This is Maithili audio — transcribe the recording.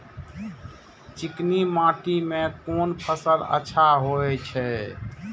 चिकनी माटी में कोन फसल अच्छा होय छे?